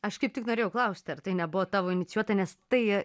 aš kaip tik norėjau klausti ar tai nebuvo tavo inicijuota nes tai